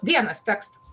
vienas tekstas